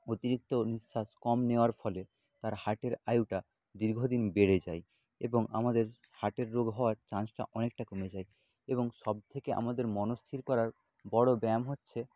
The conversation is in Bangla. অতিরিক্ত নিশ্বাস কম নেওয়ার ফলে তার হার্টের আয়ুটা দীর্ঘদিন বেড়ে যায় এবং আমাদের হার্টের রোগ হওয়ার চান্সটা অনেকটা কমে যায় এবং সবথেকে আমাদের মনস্থির করার বড়ো ব্যায়াম হচ্ছে